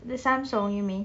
the samsung you mean